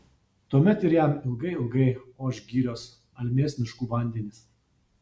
tuomet ir jam ilgai ilgai oš girios almės miškų vandenys